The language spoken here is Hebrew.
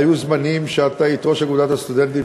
היו זמנים שאת היית ראש אגודת הסטודנטים,